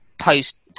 post